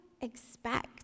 expect